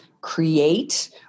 create